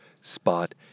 spot